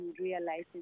realizing